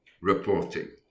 reporting